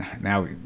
now